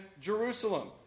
Jerusalem